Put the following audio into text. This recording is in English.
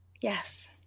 Yes